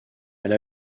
elle